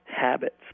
habits